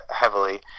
heavily